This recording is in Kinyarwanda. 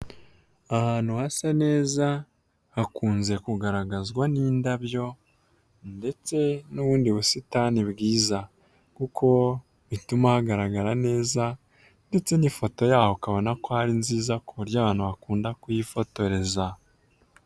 Ahantu hasa neza hakunze kugaragazwa n'indabyo ndetse n'ubundi busitani bwiza kuko bituma hagaragara neza ndetse n'ifoto yaho ukabona ko ari nziza ku buryo abantu bakunda kuhifotoreza.